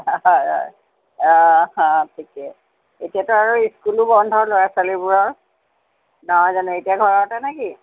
হয় অ অ ঠিকে এতিয়াতো আৰু স্কুলো বন্ধ ল'ৰা ছোৱালীবোৰৰ নহয় জানো এতিয়া ঘৰতেনে কি